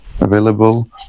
available